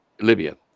libya